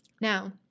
Now